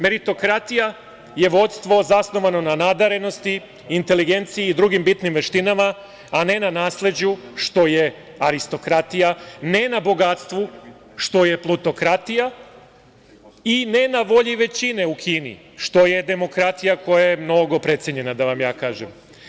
Meritokratija je vođstvo zasnovano na nadarenosti, inteligenciji i drugim bitnim veštinama, a ne na nasleđu, što je aristokratija, ne na bogatstvu, što je plutokratija i ne na volji većine u Kini, što je demokratija koja je mnogo precenjena, da vam ja kažem.